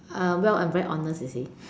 um well I am very honest you see